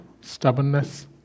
stubbornness